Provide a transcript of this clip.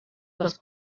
dels